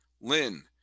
Lynn